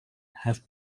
have